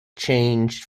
changed